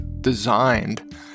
designed